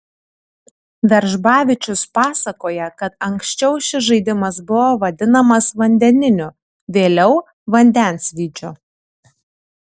veržbavičius pasakoja kad anksčiau šis žaidimas buvo vadinamas vandeniniu vėliau vandensvydžiu